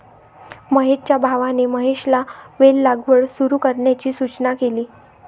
महेशच्या भावाने महेशला वेल लागवड सुरू करण्याची सूचना केली